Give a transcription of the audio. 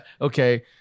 Okay